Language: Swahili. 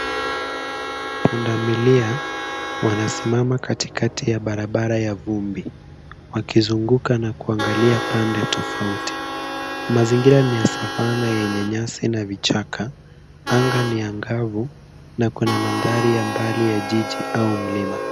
Punda milia wanasimama katikati ya barabara ya vumbi wakizunguka na kuangalia pande tofauti. Mazingira ni ya savana yenye nyasi na vichaka. Anga ni angavu na kuna mandhari ya mbali ya jiji au mlima.